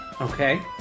Okay